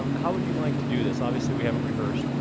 um how would you like to do this? obviously we haven't rehearsed.